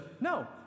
no